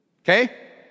okay